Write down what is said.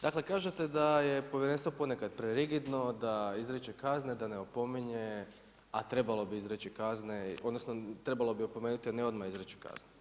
Dakle kažete da je povjerenstvo poneka prerigidno, da izriče kazne da ne opominje, a trebalo bi izreći kazne, odnosno trebalo bi opomenuti a ne odmah izreći kaznu.